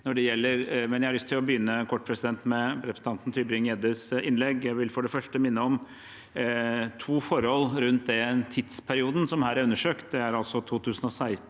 Jeg vil for det første minne om to forhold rundt den tidsperioden som her er undersøkt.